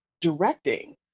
directing